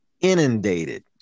inundated